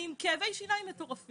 מוכרת בביטוח הלאומי מגיל 18,